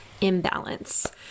imbalance